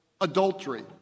adultery